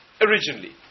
originally